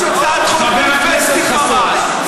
חבר הכנסת חסון,